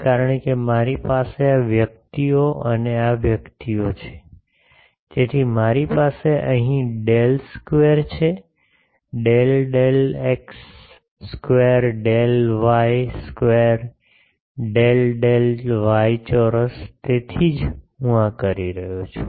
કારણ કે મારી પાસે આ વ્યક્તિઓ અને આ વ્યક્તિઓ છે તેથી મારી પાસે અહીં ડેલ સ્ક્વેર છે del del x square del y square del del y ચોરસ તેથી જ હું આ કરી રહ્યો છું